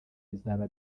bizaba